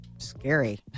Scary